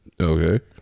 Okay